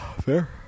fair